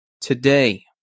today